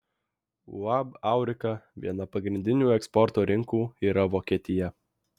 uab aurika viena pagrindinių eksporto rinkų yra vokietija